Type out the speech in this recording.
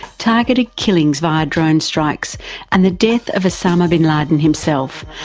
targeted killings via drone strikes and the death of osama bin laden himself,